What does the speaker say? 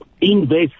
invest